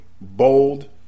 bold